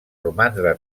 romandre